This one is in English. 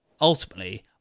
Ultimately